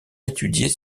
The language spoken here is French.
étudier